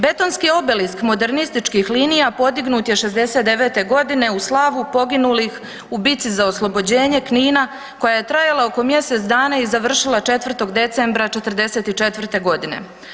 Betonski obelisk modernističkih linija, podignut je '69. g. u slavu poginulih u bitci za oslobođenje Knina koja je trajala oko mjesec dana i završila 4. decembra '44. godine.